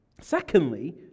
Secondly